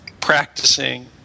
practicing